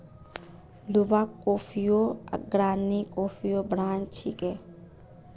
Luwak कॉफियो अग्रणी coffee brand छिके